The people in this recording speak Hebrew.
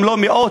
אם לא מאות,